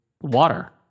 water